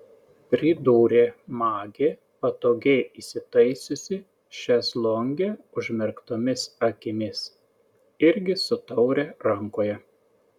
pridūrė magė patogiai įsitaisiusi šezlonge užmerktomis akimis irgi su taure rankoje